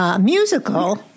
Musical